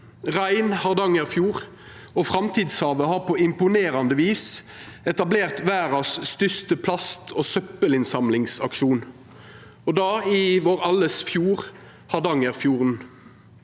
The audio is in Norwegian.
Rein Hardangerfjord og Framtidshavet har på imponerande vis etablert verdas største plast- og søppelinnsamlingsaksjon, og det i vår alles fjord, Hardangerfjorden.